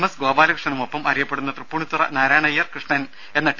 S ഗോപാലകൃഷ്ണനുമൊപ്പം അറിയപ്പെടുന്ന തൃപ്പൂണിത്തുറ നാരായണയ്യർ കൃഷ്ണൻ എന്ന ടി